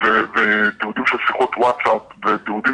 ואתם יודעים שיחות וואטסאפ ותיעודים